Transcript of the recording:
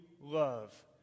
love